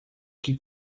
que